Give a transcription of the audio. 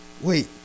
Wait